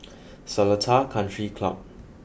Seletar Country Club